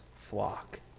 flock